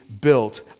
built